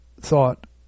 thought